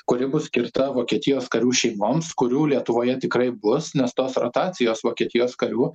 kuri bus skirta vokietijos karių šeimoms kurių lietuvoje tikrai bus nes tos rotacijos vokietijos karių